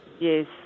Yes